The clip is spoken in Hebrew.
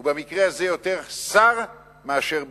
ובמקרה זה, יותר שר מאשר ביטחון.